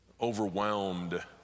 overwhelmed